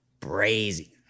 brazy